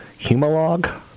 Humalog